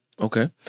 Okay